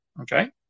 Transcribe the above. Okay